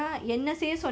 mm mm mm